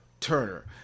turner